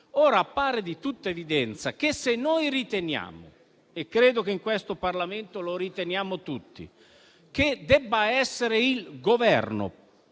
Appare di tutta evidenza che, se riteniamo - e credo che in questo Parlamento lo riteniamo tutti - che debba essere il Governo,